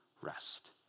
rest